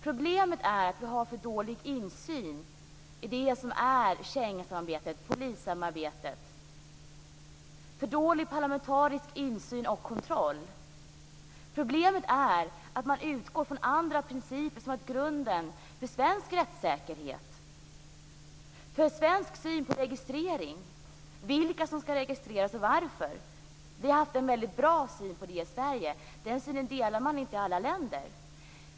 Problemet är att vi har för dålig insyn i det som är Schengensamarbetet och polissamarbetet, för dålig parlamentarisk insyn och kontroll. Problemet är att man utgår från andra principer än vad som är grunden för svensk rättssäkerhet, en svensk syn på registrering, på vilka som skall registreras och varför. Vi har haft en bra syn på det i Sverige, men den synen delar man inte i alla länder.